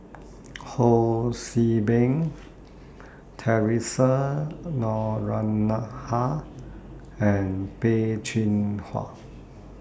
Ho See Beng Theresa Noronha and Peh Chin Hua